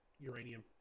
Uranium